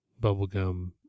bubblegum